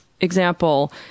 example